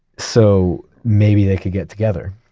so, maybe they could get together.